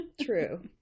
true